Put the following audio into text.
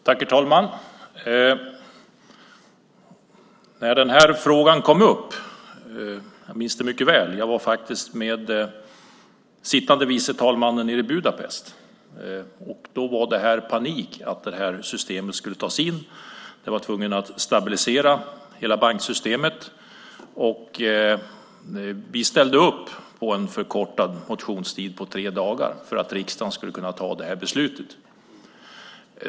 Herr talman! Jag minns mycket väl när den här frågan kom upp. Jag var med sittande vice talmannen i Budapest, och då var det panik med att ta in det här systemet och tvunget att stabilisera hela banksystemet. Vi ställde upp på en förkortad motionstid på tre dagar för att riksdagen skulle kunna fatta det här beslutet.